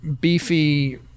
beefy